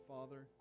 Father